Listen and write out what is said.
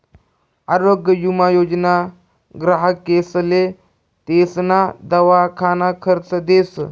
आरोग्य विमा योजना ग्राहकेसले तेसना दवाखाना खर्च देस